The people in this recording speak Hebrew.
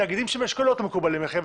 תאגידים של אשכולות לא מקובלים עליכם,